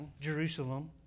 Jerusalem